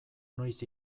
noiz